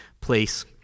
place